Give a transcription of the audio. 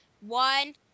one